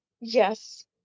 Yes